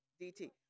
DT